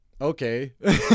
Okay